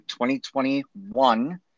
2021